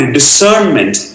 discernment